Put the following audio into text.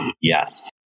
Yes